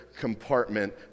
compartment